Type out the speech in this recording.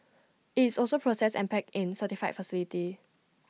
IT is also processed and packed in certified facility